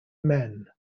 men